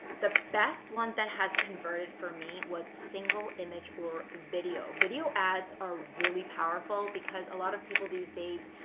the best one that has converted for me was single image or video. video ads are really powerful because a lot of people these days,